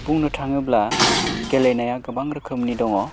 बुंनो थाङोब्ला गेलेनाया गोबां रोखोमनि दङ